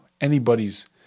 anybody's